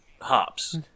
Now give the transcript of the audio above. hops